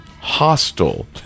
hostile